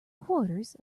quarters